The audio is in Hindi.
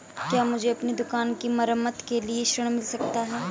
क्या मुझे अपनी दुकान की मरम्मत के लिए ऋण मिल सकता है?